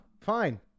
fine